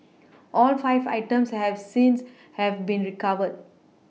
all five items have since have been recovered